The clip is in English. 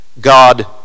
God